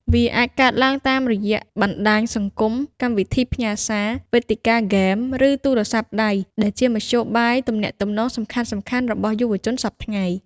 វាអាចកើតឡើងតាមរយៈបណ្តាញសង្គម កម្មវិធីផ្ញើសារ វេទិកាហ្គេម ឬទូរស័ព្ទដៃ ដែលជាមធ្យោបាយទំនាក់ទំនងសំខាន់ៗរបស់យុវជនសព្វថ្ងៃ។